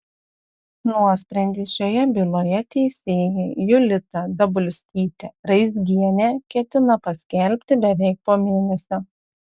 nuosprendį šioje byloje teisėja julita dabulskytė raizgienė ketina paskelbti beveik po mėnesio